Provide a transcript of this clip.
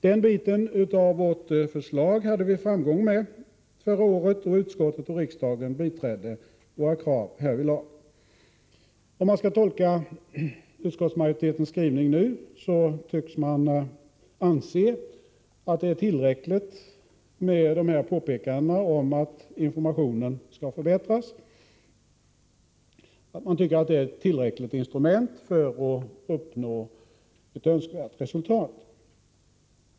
Den delen av vårt förslag hade vi framgång med förra året, och utskottet och riksdagen biträdde våra krav härvidlag. Nu tycks utskottsmajoriteten, att döma av skrivningen, anse att det är tillräckligt med påpekandena om att informationen skall förbättras och att informationen räcker som instrument för att uppnå önskvärt resultat.